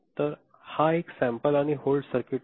तर हा एक सॅम्पल आणि होल्ड सर्किट आहे